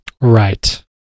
Right